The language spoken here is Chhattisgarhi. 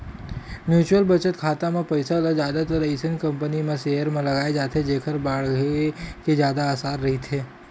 म्युचुअल बचत खाता म पइसा ल जादातर अइसन कंपनी के सेयर म लगाए जाथे जेखर बाड़हे के जादा असार रहिथे